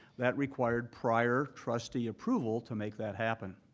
that required prior trustee approval to make that happen.